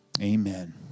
Amen